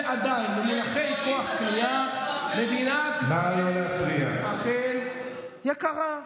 ועדיין, במונחי כוח קנייה מדינת ישראל אכן יקרה.